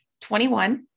21